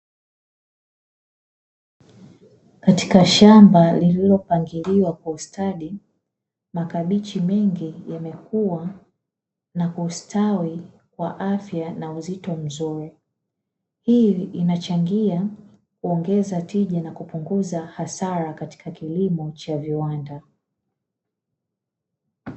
Katika shamba lililopangiliwa kwa ustadi, makabichi mengi yamekuwa na kustawi kwa afya na uzito mzuri, hii inachangia kuongeza tija na kupunguza hasara katika kilimo cha viwanda.